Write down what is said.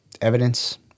evidence